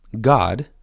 God